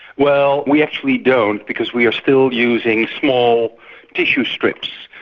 well, we actually don't because we are still using small tissue strips,